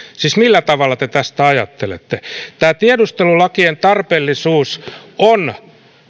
siis millä tavalla te tästä ajattelette tämä tiedustelulakien tarpeellisuus on